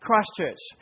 Christchurch